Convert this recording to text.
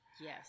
yes